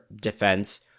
defense